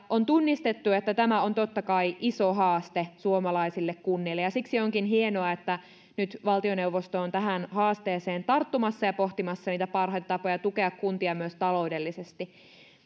on tunnistettu että tämä on totta kai iso haaste suomalaisille kunnille ja ja siksi onkin hienoa että nyt valtioneuvosto on tähän haasteeseen tarttumassa ja pohtimassa niitä parhaita tapoja tukea kuntia myös taloudellisesti